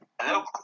Hello